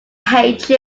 hate